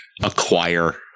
acquire